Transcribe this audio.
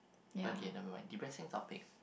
okay never mind depressing topic